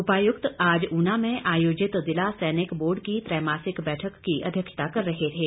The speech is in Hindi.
उपायुक्त आज ऊना में आयोजित जिला सैनिक बोर्ड की त्रैमासिक बैठक की अध्यक्षता कर रहे थे